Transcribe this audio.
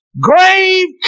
grave